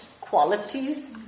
qualities